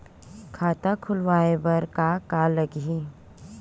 खाता खुलवाय बर का का लगही?